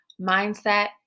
mindset